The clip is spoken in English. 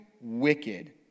wicked